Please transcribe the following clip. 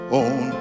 on